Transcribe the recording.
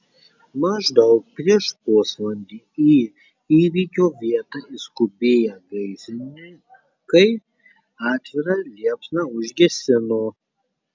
maždaug prieš pusvalandį į įvykio vietą išskubėję gaisrininkai atvirą liepsną užgesino